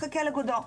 נחכה לגודו.